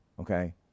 okay